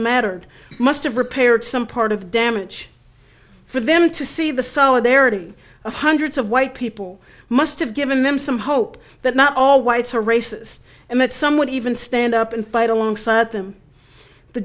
mattered must have repaired some part of the damage for them to see the solidarity of hundreds of white people must have given them some hope that not all whites are racist and that someone even stand up and fight alongside them the